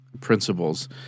principles